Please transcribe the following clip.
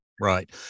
Right